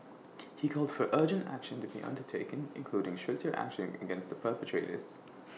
he called for urgent action to be undertaken including stricter action against the perpetrators